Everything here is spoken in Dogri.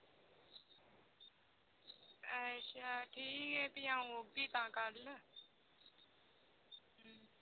अच्छा ठीक ऐ फ्ही आऊं औगी तां कल